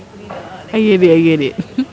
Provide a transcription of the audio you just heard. I get it I get it